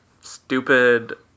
stupid